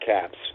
caps